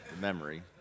Memory